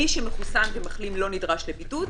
מי שמחוסן ומחלים לא נדרש לבידוד,